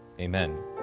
Amen